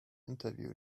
interview